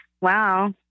Wow